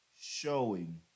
showing